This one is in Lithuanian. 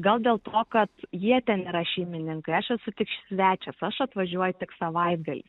gal dėl to kad jie ten yra šeimininkai aš esu tik svečias aš atvažiuoju tik savaitgaliais